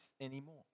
anymore